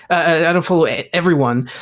ah i don't follow everyone,